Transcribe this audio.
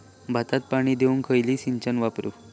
भाताक पाणी देऊक खयली सिंचन वापरू?